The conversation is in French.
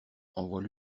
envoie